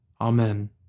Amen